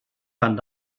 könnte